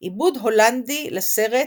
– עיבוד הולנדי לספר,